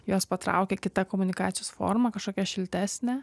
juos patraukia kita komunikacijos forma kažkokia šiltesnė